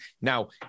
Now